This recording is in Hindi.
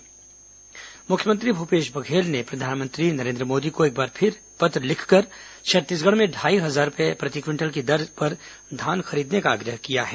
मुख्यमंत्री प्रधानमंत्री पत्र मुख्यमंत्री भूपेश बघेल ने प्रधानमंत्री नरेन्द्र मोदी को एक बार फिर पत्र लिखकर छत्तीसगढ़ में ढाई हजार रूपए प्रति क्विंटल की दर पर धान खरीदने का आग्रह किया है